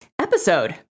episode